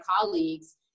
colleagues